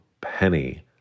penny